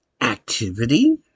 activity